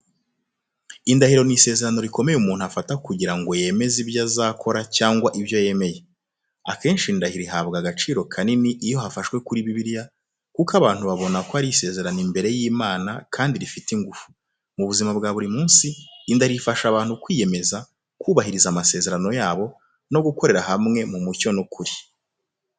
Indahiro ni isezerano rikomeye umuntu afata kugira ngo yemeze ibyo azakora cyangwa ibyo yemeye. Akenshi indahiro ihabwa agaciro kanini iyo hafashwe kuri Bibiliya, kuko abantu babona ko ari isezerano imbere y’Imana kandi rifite ingufu. Mu buzima bwa buri munsi, indahiro ifasha abantu kwiyemeza, kubahiriza amasezerano yabo no gukorera hamwe mu mucyo n’ukuri.